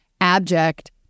abject